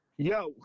Yo